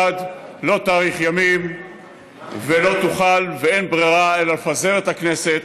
לא הייתה ברירה אחרת,